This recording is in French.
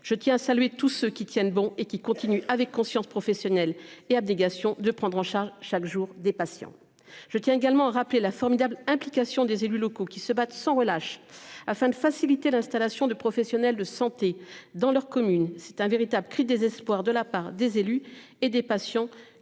Je tiens à saluer tous ceux qui tiennent bon et qui continue avec conscience professionnelle et abnégation de prendre en charge chaque jour des patients. Je tiens également rappelé la formidable l'implication des élus locaux qui se battent sans relâche afin de faciliter l'installation de professionnels de santé dans leur commune. C'est un véritable cri de désespoir de la part des élus et des patients